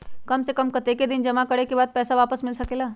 काम से कम कतेक दिन जमा करें के बाद पैसा वापस मिल सकेला?